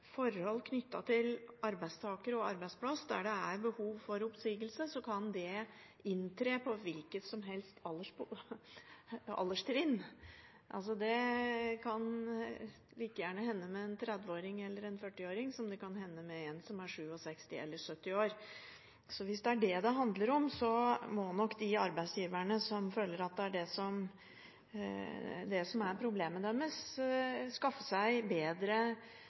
forhold knyttet til arbeidstaker og arbeidsplass der det er behov for oppsigelse, kan det inntre på hvilket som helst alderstrinn. Det kan like gjerne hende med en 30-åring eller en 40-åring som det kan hende med en som er 67 år eller 70 år. Så hvis det er det det handler om, må nok de arbeidsgiverne som føler at det er det som er problemet deres, skaffe seg bedre